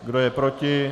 Kdo je proti?